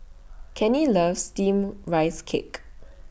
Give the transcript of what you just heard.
Kenny loves Steamed Rice Cake